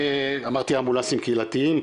אמרתי אמבולנסים קהילתיים,